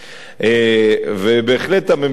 ובהחלט הממשלה,